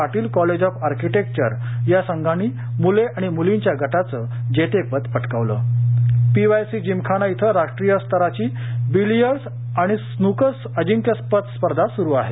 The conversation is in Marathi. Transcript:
पाटील कॉलेज ऑफ आर्कीटेक्चर या संघांनी मुले आणि मुलींच्या गटाचं जेतेपद पटकावलं पीवायसी जिमखाना इथं राष्ट्रीय स्तराची विलियर्डस आणि स्न्कर अजिंक्यपद स्पर्धा सुरू आहे